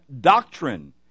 doctrine